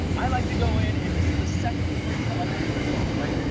i like to go in and this is the second place i like to go build, right?